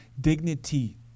dignity